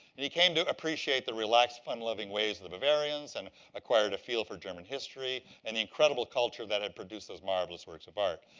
and he came to appreciate the relaxed, fun-loving ways of the bavarians and acquired a feel for german history and the incredible culture that had produced those marvelous works of art.